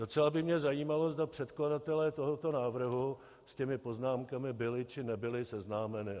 Docela by mě zajímalo, zda předkladatelé tohoto návrhu s těmi poznámkami byli, či nebyli seznámeni.